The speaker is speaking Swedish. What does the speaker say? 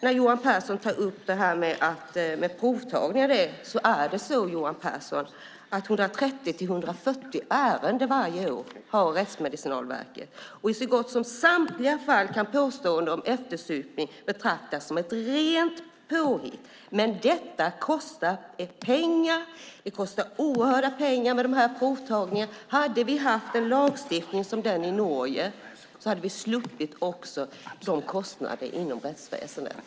Vad gäller provtagningen, Johan Pehrson, har Rättsmedicinalverket 130-140 ärenden varje år. I så gott som samtliga fall kan påstående om eftersupning betraktas som ett rent påhitt. Denna provtagning kostar dock mycket pengar. Med en lagstiftning som den i Norge hade vi sluppit denna kostnad inom rättsväsendet.